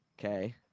okay